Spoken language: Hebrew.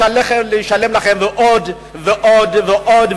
ישלם לכם עוד ועוד ועוד,